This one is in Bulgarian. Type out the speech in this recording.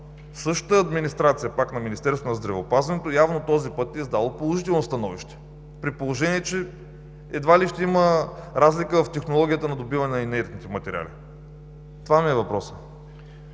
същата администрация – пак на Министерството на здравеопазването, явно този път е издала положително становище, при положение че едва ли ще има разлика в технологията на добиване на инертните материали. Това ми е въпросът.